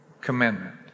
commandment